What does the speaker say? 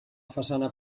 façana